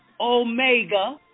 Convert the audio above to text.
Omega